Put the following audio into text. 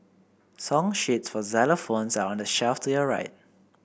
song sheets for xylophones are on the shelf to your right